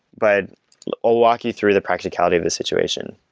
but i'll walk you through the practicality of the situation.